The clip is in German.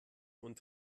und